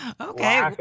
Okay